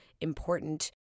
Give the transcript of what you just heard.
important